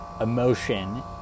emotion